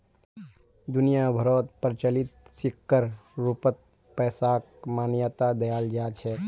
दुनिया भरोत प्रचलित सिक्कर रूपत पैसाक मान्यता दयाल जा छेक